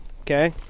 okay